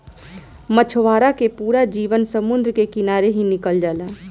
मछवारा के पूरा जीवन समुंद्र के किनारे ही निकल जाला